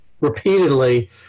repeatedly